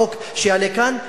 בחוק שיעלה כאן,